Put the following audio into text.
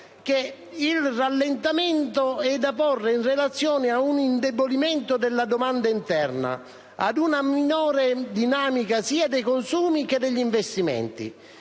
Il rallentamento è da porre in relazione ad un indebolimento della domanda interna, ad una minore dinamica sia dei consumi che degli investimenti,